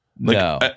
No